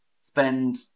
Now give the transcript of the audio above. spend